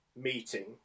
meeting